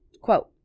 Quote